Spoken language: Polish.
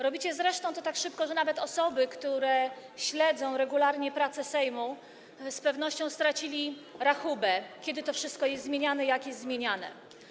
Robicie to zresztą tak szybko, że nawet osoby, które śledzą regularnie prace Sejmu, z pewnością straciły rachubę, kiedy to wszystko jest zmieniane i jak jest zmieniane.